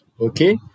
Okay